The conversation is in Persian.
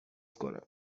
کنم